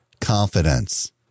confidence